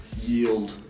yield